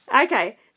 Okay